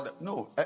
no